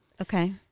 Okay